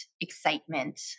excitement